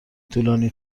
طولانی